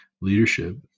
leadership